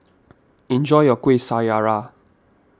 enjoy your Kuih Syara